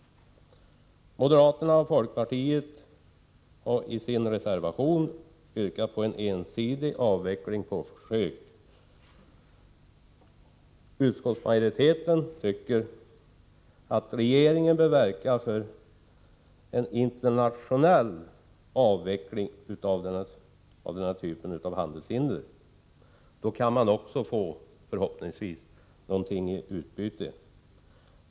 Moderaterna och folkpartiet har i sin reservation yrkat på en ensidig avveckling under en försöksperiod. Utskottsmajoriteten tycker att regeringen bör verka för en internationell avveckling av denna typ av handelshinder. Då kan man också förhoppningsvis få någonting i utbyte.